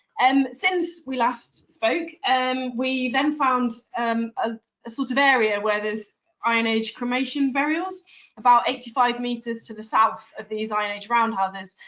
and since we last spoke, and we then found um ah a sort of area where there's iron-age cremation burials about eighty five meters to the south of these iron-age roundhouses.